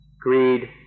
greed